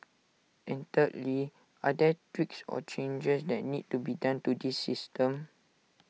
and thirdly are there tweaks or changes that need to be done to this system